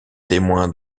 témoins